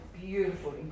beautiful